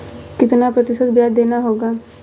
कितना प्रतिशत ब्याज देना होगा?